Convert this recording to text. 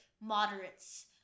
moderates